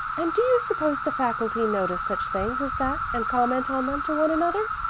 and do you suppose the faculty notice such things as that and comment on them to one another?